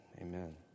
amen